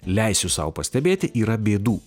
leisiu sau pastebėti yra bėdų